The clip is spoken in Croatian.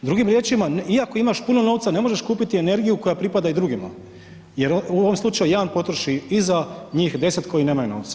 Drugim riječima iako imaš puno novca ne možeš kupiti energiju koja pripada i drugima jer u ovom slučaju jedan potroši i za njih 10 koji nemaju novca.